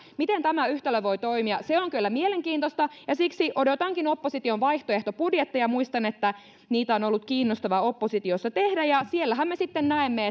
miten tämä yhtälö voi toimia se on kyllä mielenkiintoista ja siksi odotankin opposition vaihtoehtobudjetteja muistan että niitä on on ollut kiinnostavaa oppositiossa tehdä ja siellähän me sitten näemme